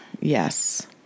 Yes